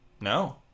No